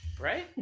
Right